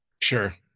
Sure